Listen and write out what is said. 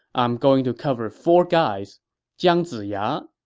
i'm going to cover four guys jiang ziya,